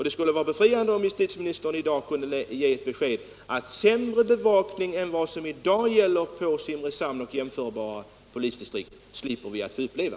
Det skulle vara befriande om justitieministern i dag kunde ge ett besked om att sämre bevakning än vad som i dag gäller på Simrishamns och jämförbara polisdistrikt slipper vi att få uppleva.